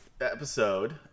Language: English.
episode